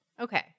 Okay